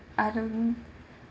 I don't